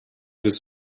bis